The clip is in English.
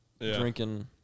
drinking